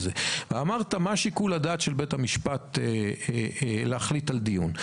אמרת: מה שיקול הדעת של בית המשפט להחליט על דיון?